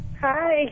Hi